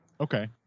Okay